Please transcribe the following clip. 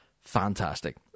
Fantastic